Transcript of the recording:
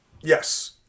yes